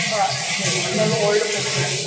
हय traditional old पद्धती